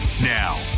Now